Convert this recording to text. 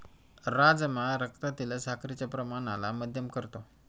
राजमा रक्तातील साखरेच्या प्रमाणाला मध्यम करतो